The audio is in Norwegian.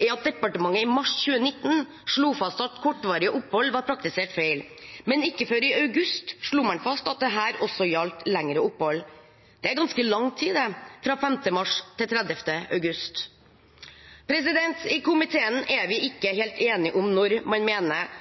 er at departementet i mars 2019 slo fast at kortvarige opphold var praktisert feil, men ikke før i august slo man fast at dette også gjaldt lengre opphold. Det er ganske lang tid, det, fra 5. mars til 30. august. I komiteen er vi ikke helt enige om når man mener